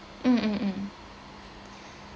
mm mm mm